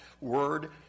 word